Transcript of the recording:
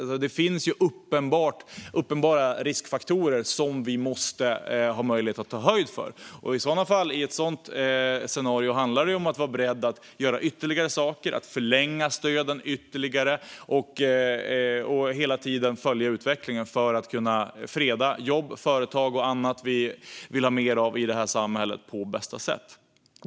Det finns ju uppenbara riskfaktorer som vi måste ha möjlighet att ta höjd för. Och i ett sådant scenario handlar det om att vara beredd att göra ytterligare saker, förlänga stöden ytterligare och hela tiden följa utvecklingen för att på bästa sätt kunna freda jobb, företag och annat vi vill ha mer av i samhället.